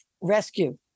rescue